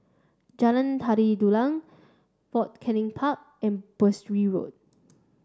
Jalan Tari Dulang Fort Canning Park and Berkshire Road